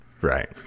Right